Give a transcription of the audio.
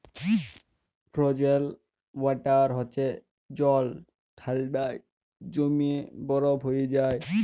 frozen water হছে যে জল ঠাল্ডায় জইমে বরফ হঁয়ে যায়